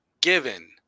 given